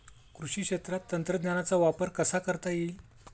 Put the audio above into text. कृषी क्षेत्रात तंत्रज्ञानाचा वापर कसा करता येईल?